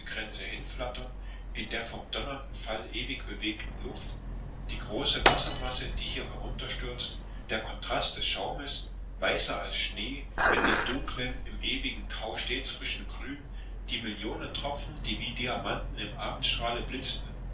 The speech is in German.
hinflattern in der vom donnernden fall ewig bewegten luft die große wassermasse die hier herunterstürzt der kontrast des schaumes weißer als schnee mit dem dunklen im ewigen tau stets frischen grün die millionen tropfen die wie diamanten im abendstrahle blitzten